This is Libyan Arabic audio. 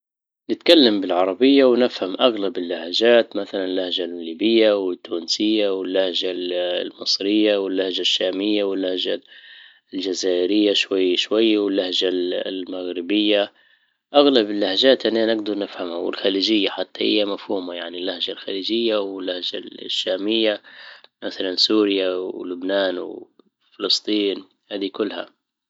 نتكلم بالعربية ونفهم اغلب اللهجات مثلا اللهجة الليبية والتونسية واللهجة المصرية واللهجة الشامية واللهجة الجزائرية شوية شوية واللهجة المغربية اغلب اللهجات انا نجدر نفهمها والخليجية حتى هي مفهومة يعني اللهجة الشامية مثلا سوريا ولبنان وفلسطين هذي كلها